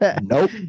Nope